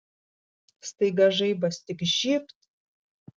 staiga žaibas tik žybt